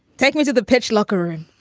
take me to the pitch locker room